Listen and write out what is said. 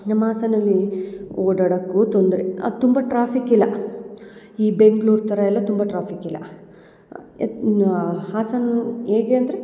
ನಮ್ಮ ಹಾಸನಲ್ಲೀ ಓಡಾಡಕ್ಕೂ ತೊಂದರೆ ಅದು ತುಂಬ ಟ್ರಾಫಿಕ್ ಇಲ್ಲ ಈ ಬೆಂಗ್ಳೂರು ಥರ ಎಲ್ಲ ತುಂಬ ಟ್ರಾಫಿಕ್ ಇಲ್ಲ ಹಾಸನ ಹೇಗೆ ಅಂದರೆ